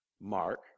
Mark